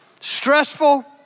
stressful